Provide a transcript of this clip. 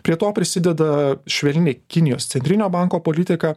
prie to prisideda švelni kinijos centrinio banko politika